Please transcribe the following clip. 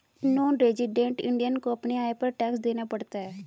non resident Indian को अपने आय पर टैक्स देना पड़ता है